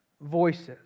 voices